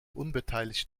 unbeteiligt